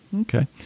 Okay